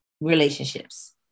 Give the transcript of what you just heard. relationships